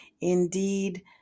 indeed